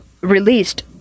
released